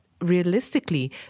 realistically